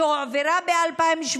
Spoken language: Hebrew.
שהועברה ב-2017,